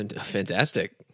Fantastic